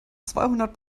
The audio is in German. zweihundert